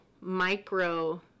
micro